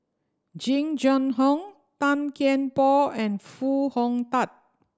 Jing Jun Hong Tan Kian Por and Foo Hong Tatt